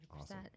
Awesome